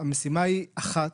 המשימה היא אחת,